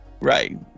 Right